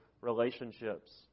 relationships